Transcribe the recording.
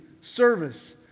service